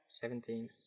Seventeen